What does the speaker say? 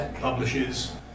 publishes